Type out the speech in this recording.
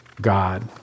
God